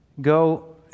go